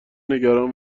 نگران